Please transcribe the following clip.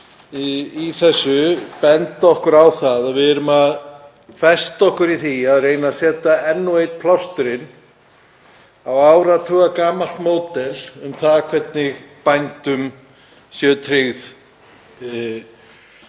í þessu benda okkur á að við erum að festa okkur í því að reyna að setja enn einn plásturinn á áratugagamalt módel um það hvernig bændum séu tryggð